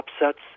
upsets